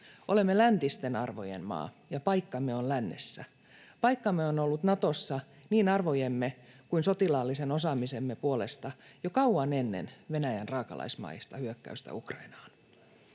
olemme läntisten arvojen maa ja paikkamme on lännessä. Paikkamme on ollut Natossa niin arvojemme kuin sotilaallisen osaamisemme puolesta jo kauan ennen Venäjän raakalaismaista hyökkäystä Ukrainaan.